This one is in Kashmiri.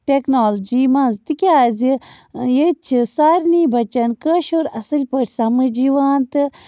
ٹٮ۪کنالجی منٛز تِکیٛازِ ییٚتہِ چھِ سارِنی بَچن کٲشُر اَصٕل پٲٹھۍ سمٕج یِوان تہٕ